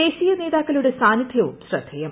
ദേശീയ നേതാക്കളുടെ സാന്നിധ്യവും ശ്രദ്ധേയം